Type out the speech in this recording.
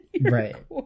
right